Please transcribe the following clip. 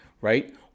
right